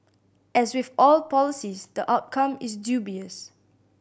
as with all policies the outcome is dubious